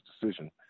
decision